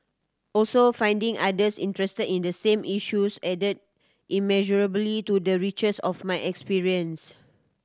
also finding others interested in the same issues added immeasurably to the richness of my experience